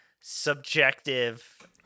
subjective